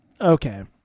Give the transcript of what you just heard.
Okay